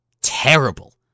terrible